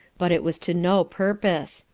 but it was to no purpose,